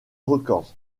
records